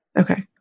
Okay